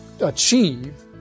achieve